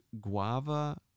Guava